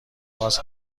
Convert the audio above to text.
باز